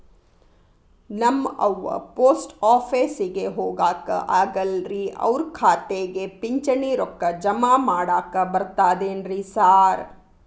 ನಮ್ ಅವ್ವ ಪೋಸ್ಟ್ ಆಫೇಸಿಗೆ ಹೋಗಾಕ ಆಗಲ್ರಿ ಅವ್ರ್ ಖಾತೆಗೆ ಪಿಂಚಣಿ ರೊಕ್ಕ ಜಮಾ ಮಾಡಾಕ ಬರ್ತಾದೇನ್ರಿ ಸಾರ್?